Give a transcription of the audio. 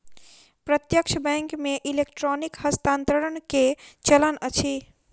प्रत्यक्ष बैंक मे इलेक्ट्रॉनिक हस्तांतरण के चलन अछि